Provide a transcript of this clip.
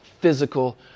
physical